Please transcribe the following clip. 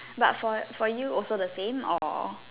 but for for you also the same or